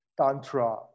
Tantra